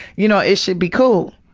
you know, it should be cool.